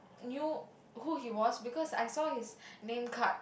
knew who he was because I saw his name card